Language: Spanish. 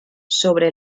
sobre